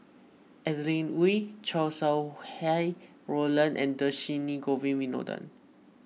Adeline Ooi Chow Sau Hai Roland and Dhershini Govin Winodan